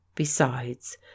Besides